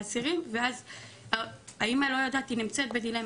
האימא נמצאת בדילמה,